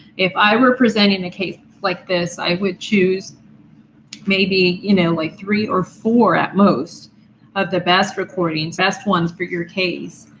if i were presenting a case like this, i would choose maybe you know like three or four at most of the best recordings, best ones for your case,